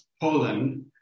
Poland